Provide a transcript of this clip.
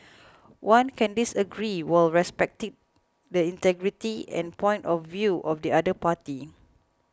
one can disagree while respecting the integrity and point of view of the other party